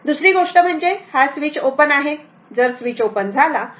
आता दुसरी गोष्ट म्हणजे हा स्विच ओपन आहे जर स्विच ओपन झाला तर